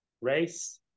race